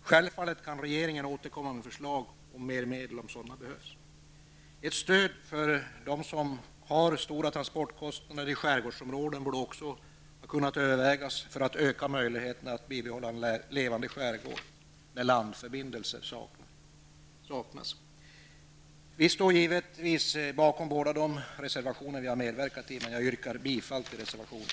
Självfallet kan regeringen återkomma med förslag om mer medel om sådana behövs. Också ett stöd för dem som har stora transportkostnader i skärgårdsområden borde ha kunnat övervägas för att öka möjligheterna att behålla en levande skärgård när landförbindelser saknas. Vi står givetvis bakom båda de reservationer som vi har medverkat i, men jag yrkar bifall endast till reservation